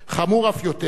חמור אף יותר,